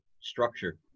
structure